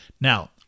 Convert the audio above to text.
Now